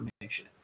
information